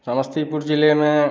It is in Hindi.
समस्तीपुर जिले में